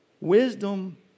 Wisdom